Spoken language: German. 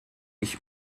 ich